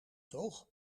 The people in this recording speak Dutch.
toch